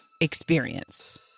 Experience